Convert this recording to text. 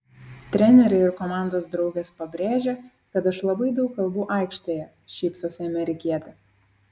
treneriai ir komandos draugės pabrėžia kad aš labai daug kalbu aikštėje šypsosi amerikietė